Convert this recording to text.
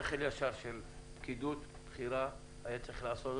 שכל ישר של פקידות בכירה היה צריך לעשות,